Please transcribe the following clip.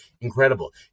Incredible